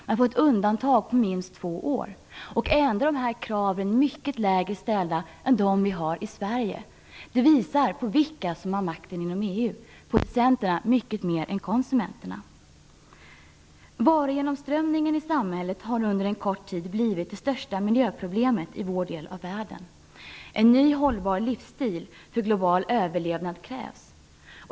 Man får göra undantag i minst två år. Ändå är kraven mycket lägre ställda än de vi har i Sverige. Det visar på vilka som har makten inom EU. Producenterna har mycket mer makt än konsumenterna. Varugenomströmningen i samhället har på kort tid blivit det största miljöproblemet i vår del av världen. En ny hållbar livsstil för global överlevnad krävs.